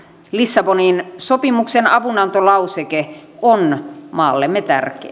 lissabonin sopimuksen avunantolauseke on maallemme tärkeä